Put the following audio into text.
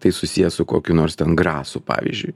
tai susiję su kokiu nors ten grasu pavyzdžiui